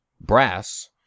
Brass